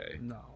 No